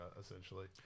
essentially